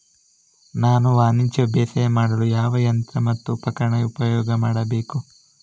ನಾನು ವಾಣಿಜ್ಯ ಬೇಸಾಯ ಮಾಡಲು ಯಾವ ಯಂತ್ರ ಮತ್ತು ಉಪಕರಣ ಉಪಯೋಗ ಮಾಡಬೇಕು?